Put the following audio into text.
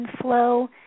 flow